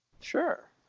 Sure